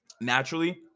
naturally